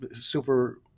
super